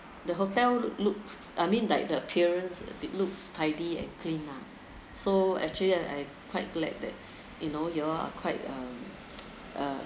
the hotel looks I mean like the appearance it looks tidy and clean lah so actually I I quite like that you know you all are quite uh uh